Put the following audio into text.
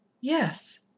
yes